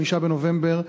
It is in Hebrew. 5 בנובמבר,